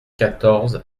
quatorze